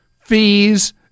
fees